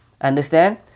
Understand